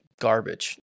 garbage